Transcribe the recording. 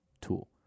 tool